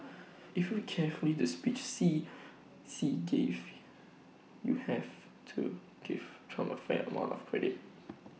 if you carefully the speech Xi see gave you have to give Trump A fair amount of credit